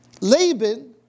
Laban